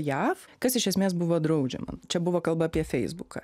jav kas iš esmės buvo draudžiama čia buvo kalba apie feisbuką